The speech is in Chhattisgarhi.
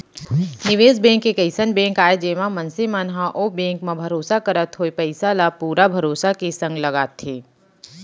निवेस बेंक एक अइसन बेंक आय जेमा मनसे मन ह ओ बेंक म भरोसा करत होय पइसा ल पुरा भरोसा के संग लगाथे